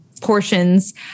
portions